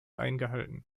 eingehalten